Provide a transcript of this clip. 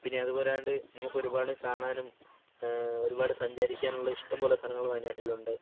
പിന്നെ അതു പോരാണ്ട് നമുക്ക് ഒരുപാട് കാണാനും ഒരുപാട് സഞ്ചരിക്കാനുമുള്ള ഇഷ്ടം പോലെ സ്ഥലങ്ങൾ വായനാട്ടിൽ ഉണ്ട്